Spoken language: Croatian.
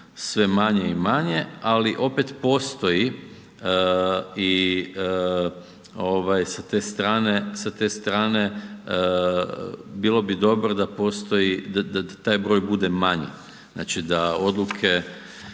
sve manje i manje ali opet postoji i sa te strane bilo bi dobro da postoji, da taj broj bude manji, znači da odluke